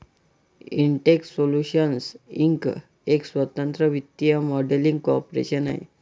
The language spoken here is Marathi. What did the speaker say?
इंटेक्स सोल्यूशन्स इंक एक स्वतंत्र वित्तीय मॉडेलिंग कॉर्पोरेशन आहे